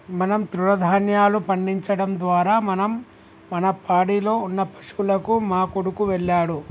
మనం తృణదాన్యాలు పండించడం ద్వారా మనం మన పాడిలో ఉన్న పశువులకు మా కొడుకు వెళ్ళాడు